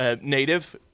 native